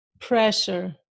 Pressure